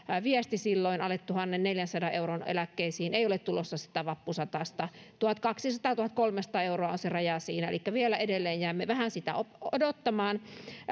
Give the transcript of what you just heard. viesti silloin alle tuhannenneljänsadan euron eläkkeisiin ei ole tulossa sitä vappusatasta tuhatkaksisataa viiva tuhatkolmesataa euroa on se raja siinä elikkä vielä edelleen jäämme vähän sitä odottamaan